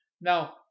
now